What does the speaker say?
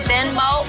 Venmo